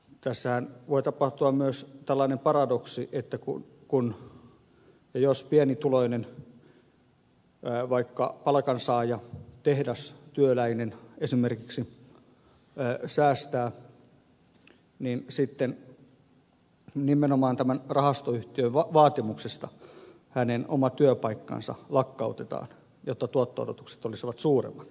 tässähän voi tapahtua myös tällainen paradoksi että kun pienituloinen palkansaaja tehdastyöläinen esimerkiksi säästää niin sitten nimenomaan tämän rahastoyhtiön vaatimuksesta hänen oma työpaikkansa lakkautetaan jotta tuotto odotukset olisivat suuremmat